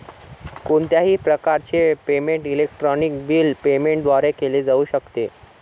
कोणत्याही प्रकारचे payment electronic bill payment द्वारे केले जाऊ शकते